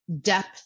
depth